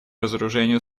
разоружению